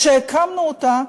כשהקמנו אותה,